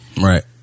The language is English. Right